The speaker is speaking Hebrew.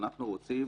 אנחנו רוצים